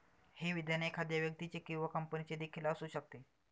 हे विधान एखाद्या व्यक्तीचे किंवा कंपनीचे देखील असू शकते